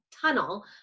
tunnel